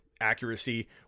accuracy